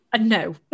no